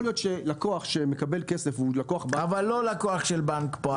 יכול להיות שלקוח שמקבל כסף מלקוח -- אבל לא לקוח של בנק הפעולים.